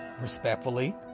Respectfully